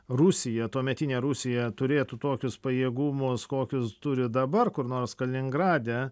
rusija tuometinė rusija turėtų tokius pajėgumus kokius turi dabar kur nors kaliningrade